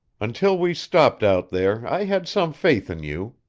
until we stopped out there i had some faith in you.